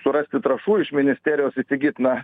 surasti trąšų iš ministerijos įsigyt na